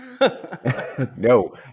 No